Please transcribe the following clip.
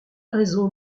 raison